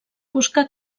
buscar